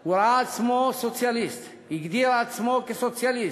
הוא ראה עצמו סוציאליסט, הגדיר עצמו סוציאליסט,